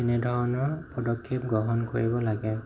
এনেধৰণৰ পদক্ষেপ গ্ৰহণ কৰিব লাগে